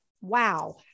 wow